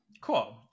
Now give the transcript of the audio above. cool